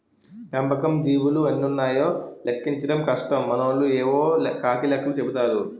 పెంపకం జీవులు ఎన్నున్నాయో లెక్కించడం కష్టం మనోళ్లు యేవో కాకి లెక్కలు చెపుతారు